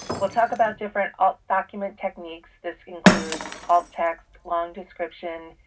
we'll talk about different alt document techniques. this includes alt text, long description,